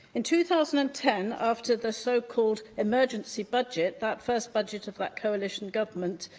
in two thousand and ten, after the so-called emergency budget that first budget of that coalition government,